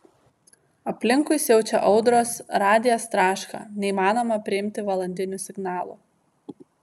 aplinkui siaučia audros radijas traška neįmanoma priimti valandinių signalų